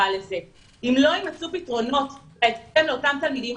שאם לא יימצאו פתרונות בהקדם לאותם תלמידים,